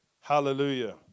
Hallelujah